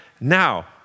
now